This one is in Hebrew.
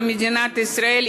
במדינת ישראל,